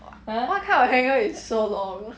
what what kind of hanger is so long